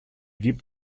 gibt